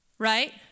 Right